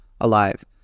alive